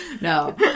No